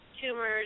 tumors